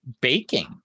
Baking